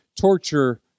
torture